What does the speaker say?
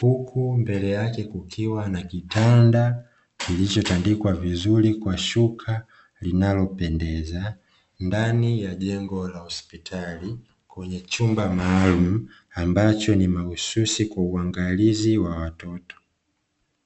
huku mbele yake kukiwa na kitanda kilichotandikwa vizuri kwa shuka linalopendeza, ndani ya jengo la hospitali kwenye chumba maalumu ambacho ni mahususi kwa ajili ya uangalizi wa watoto.